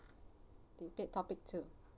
two debate topic two